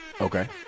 Okay